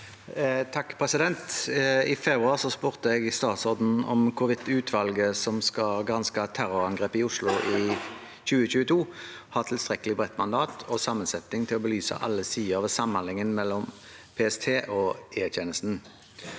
(H) «I februar spur- te jeg statsråden om hvorvidt utvalget som skal granske terrorangrepet i Oslo i 2022 har tilstrekkelig bredt mandat og sammensetning til å belyse alle sider ved samhandlingen mellom PST og E-tjenesten.